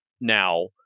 now